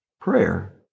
prayer